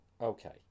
okay